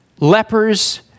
lepers